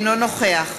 אינו נוכח